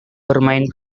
bermain